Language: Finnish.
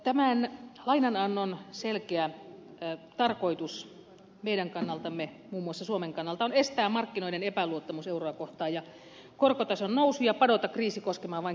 tämän lainanannon selkeä tarkoitus meidän kannaltamme muun muassa suomen kannalta on estää markkinoiden epäluottamus euroa kohtaan ja korkotason nousu ja padota kriisi koskemaan vain kreikkaa